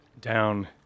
down